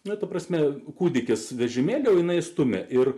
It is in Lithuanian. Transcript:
na ta prasme kūdikis vežimėlyje o jinai stumia ir